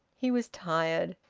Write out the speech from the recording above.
he was tired.